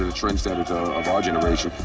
ah trendsetters of our generation.